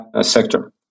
sector